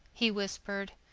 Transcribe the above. he whispered.